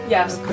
Yes